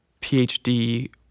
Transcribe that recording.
PhD